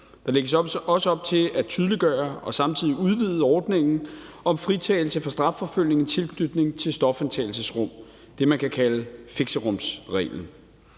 Der lægges også op til at tydeliggøre og samtidig udvide ordningen om fritagelse fra strafforfølgning i tilknytning til stofindtagelsesrum, det, man kan kalde fixerumsreglen.